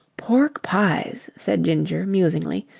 pork-pies! said ginger, musingly,